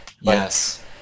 Yes